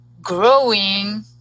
growing